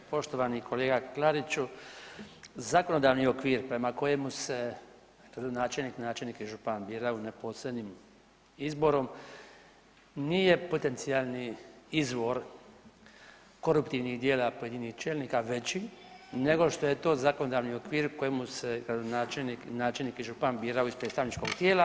Poštovani kolega Klariću, zakonodavni okvir prema kojemu se načelnik, gradonačelnik i župan biraju posebnim izborom nije potencijalni izvor koruptivnih djela pojedinih čelnika veći nego što je to zakonodavni okvir kojemu se gradonačelnik, načelnik i župan biraju iz predstavničkog tijela.